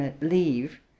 Leave